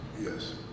yes